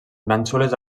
mènsules